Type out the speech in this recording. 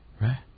right